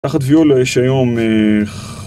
תחת ויולה יש היום...